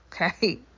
Okay